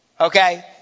Okay